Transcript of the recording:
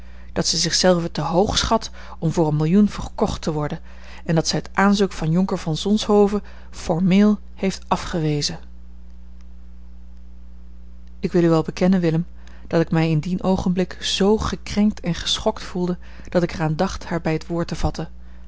dat zij zich zelve te hoog schat om voor een millioen verkocht te worden en dat zij het aanzoek van jonker van zonshoven formeel heeft afgewezen ik wil u wel bekennen willem dat ik mij in dien oogenblik z gekrenkt en geschokt voelde dat ik er aan dacht haar bij het woord te vatten